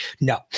No